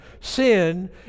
sin